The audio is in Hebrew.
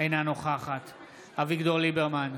אינה נוכחת אביגדור ליברמן,